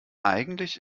eigentlich